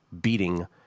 beating